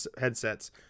headsets